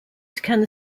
can